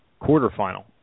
quarterfinal